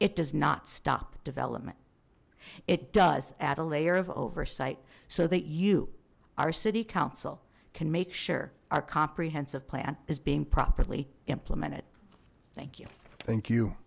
it does not stop development it does add a layer of oversight so that you our city council can make sure our comprehensive plan is being properly implemented thank you thank you